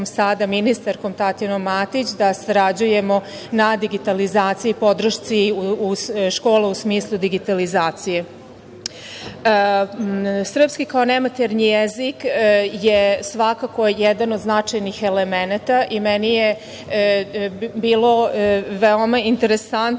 sada ministarkom, Tatjanom Matić, da sarađujemo na digitalizaciji podršci škola u smislu digitalizacije. Srpski kao nematernji jezik je svakako jedan od značajnih elemenata i meni je bilo veoma interesantno